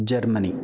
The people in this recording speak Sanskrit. जर्मनी